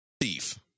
Thief